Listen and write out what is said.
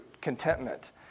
contentment